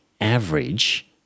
average